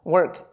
Work